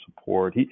support